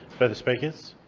further speakers?